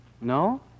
No